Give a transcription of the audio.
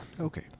okay